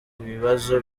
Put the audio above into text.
ibibazo